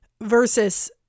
Versus